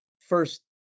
first